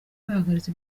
bahagaritse